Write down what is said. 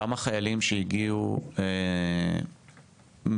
כמה חיילים שהגיעו מהמלחמה,